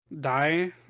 die